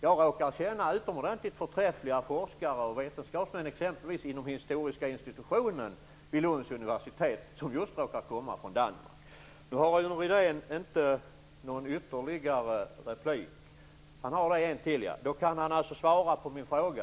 Jag råkar känna utomordentligt förträffliga forskare och vetenskapsmän, exempelvis inom historiska institutionen vid Lunds universitet, som råkar komma just från Danmark. Rune Rydén har ingen ytterligare replik, och kan alltså inte svara på min fråga.